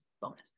bonus